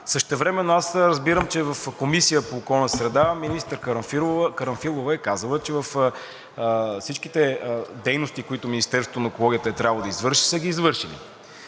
Същевременно аз разбирам, че в Комисията по околната среда министър Карамфилова е казала, че всичките дейности, които Министерството на екологията е трябвало да извърши, са ги извършили.